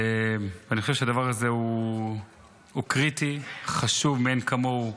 אני חושב שהדבר הזה הוא קריטי, חשוב מאין כמוהו.